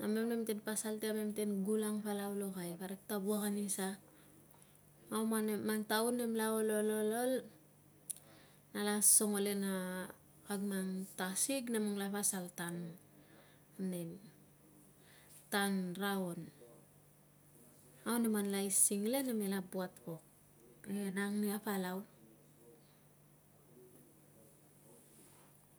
namem nemte pasal ti kamem ten gulang palau lokai parik ta wuak anisa. Au man namem mang taun nem la ol ol nala songo le na kag mang tasig nemlong la pasal tan nem tan raon au nemlong anla aising le na me la buat pok. Nang nia palau.